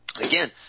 Again